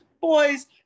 boys